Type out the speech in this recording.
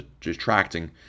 detracting